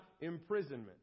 imprisonment